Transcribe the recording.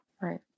Right